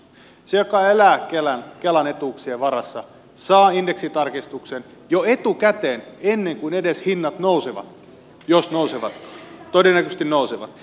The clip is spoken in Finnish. se joka elää kelan etuuksien varassa saa indeksitarkistuksen jo etukäteen ennen kuin edes hinnat nousevat jos nousevat todennäköisesti nousevat